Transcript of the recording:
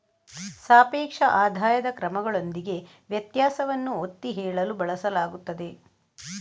ಸಾಪೇಕ್ಷ ಆದಾಯದ ಕ್ರಮಗಳೊಂದಿಗೆ ವ್ಯತ್ಯಾಸವನ್ನು ಒತ್ತಿ ಹೇಳಲು ಬಳಸಲಾಗುತ್ತದೆ